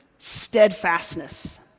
Steadfastness